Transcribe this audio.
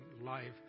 life